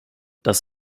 das